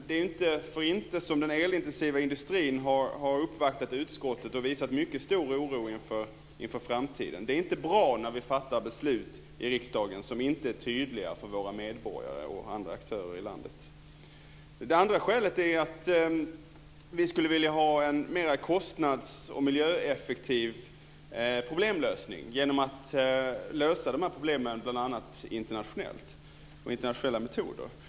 Det är inte för inte som den elintensiva industrin har uppvaktat utskottet och visat mycket stor oro inför framtiden. Det är inte bra när vi i riksdagen fattar beslut som inte är tydliga för våra medborgare och andra aktörer i landet. Ett annat skäl är att vi skulle vilja ha en mer kostnads och miljöeffektiv problemlösning, genom att lösa de här problemen bl.a. internationellt, med internationella metoder.